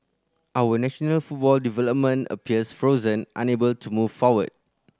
our national football development appears frozen unable to move forward